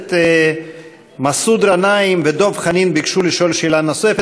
הכנסת מסעוד גנאים ודב חנין ביקשו לשאול שאלה נוספת.